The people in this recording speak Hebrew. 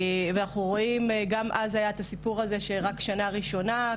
אנחנו רואים שגם אז היה את הסיפור הזה שרק שנה ראשונה,